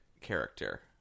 character